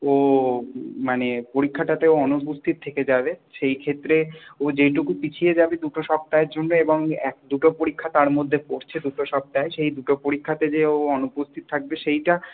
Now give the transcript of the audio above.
ও মানে পরীক্ষাটাতে ও অনুপস্থিত থেকে যাবে সেই ক্ষেত্রে ও যেইটুকু পিছিয়ে যাবে দুটো সপ্তাহের জন্যে এবং এক দুটো পরীক্ষা তার মধ্যে পড়ছে দুটো সপ্তাহে সেই দুটো পরীক্ষাতে যে ও অনুপস্থিত থাকবে সেইটা